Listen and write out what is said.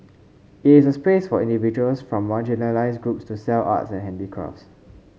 it is a space for individuals from marginalised groups to sell arts and handicrafts